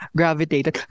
gravitated